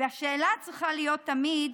והשאלה צריכה להיות תמיד